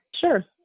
Sure